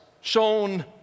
shown